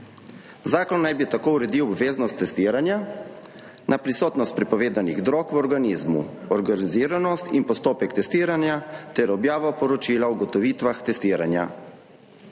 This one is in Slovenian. Zakon naj bi tako uredil obveznost testiranja na prisotnost prepovedanih drog v organizmu, organiziranost in postopek testiranja ter objavo poročila o ugotovitvah testiranja.